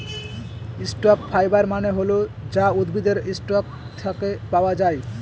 stock fibre মানে হল যা উদ্ভিদের স্টক থাকে পাওয়া যায়